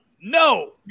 No